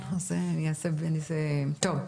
טוב.